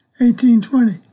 1820